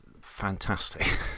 fantastic